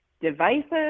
devices